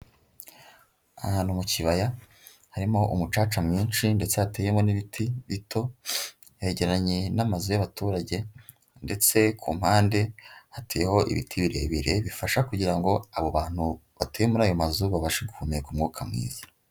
Ahantu mu kibaya harimo umucaca mwinshi ndetse hateyemo n'ibiti bito, hegeranye n'amazu y'abaturage ndetse ku mpande hateyeho ibiti birebire, bifasha kugira ngo abo bantu batuye muri ayo mazu babashe guhumeka umwuka mwiza.